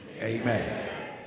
amen